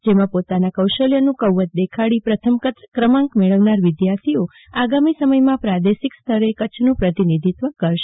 જેમાં પોતાના કૌશલ્યનું કૌવત દેખાડી પ્રથમ ક્રમાંક મેળવનાર વિદ્યાર્થીઓ આગામી સમથમાં પ્રાદેશિક સ્તરે કચ્છનું પ્રતિનિધિત્વ કરશે